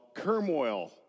turmoil